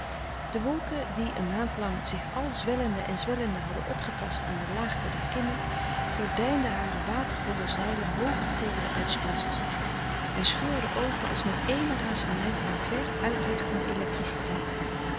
de wolken die een maand lang zich al zwellende en zwellende hadden opgetast aan de laagte der kimmen gordijnden hare watervolle zeilen hooger tegen de uitspansels aan en scheurden open als met éene razernij van vèr uitlichtende electriciteiten